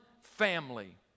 family